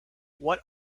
what